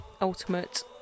ultimate